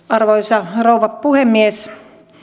arvoisa rouva puhemies